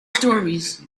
stories